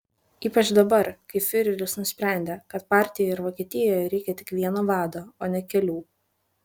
ypač dabar kai fiureris nusprendė kad partijoje ir vokietijoje reikia tik vieno vado o ne kelių